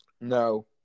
No